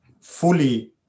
fully